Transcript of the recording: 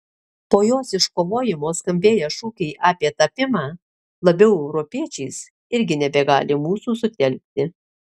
po jos iškovojimo skambėję šūkiai apie tapimą labiau europiečiais irgi nebegali mūsų sutelkti